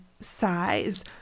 size